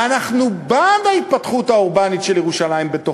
ואנחנו בעד ההתפתחות האורבנית של ירושלים, בתוכה.